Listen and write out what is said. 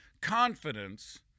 confidence